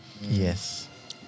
Yes